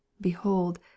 Behold